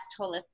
holistic